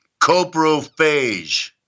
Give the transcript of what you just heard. coprophage